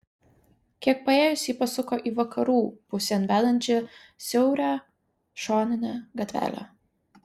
kiek paėjus ji pasuko į vakarų pusėn vedančią siaurą šoninę gatvelę